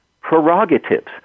prerogatives